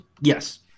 Yes